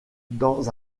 dans